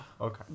Okay